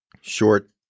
short